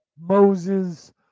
Moses